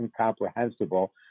incomprehensible